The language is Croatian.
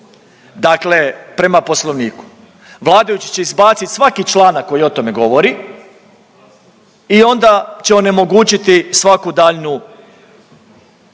Dakle prema Poslovniku. Vladajući će izbacit svaki članak koji o tome govori i onda će onemogućiti svaku daljnju,